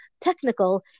technical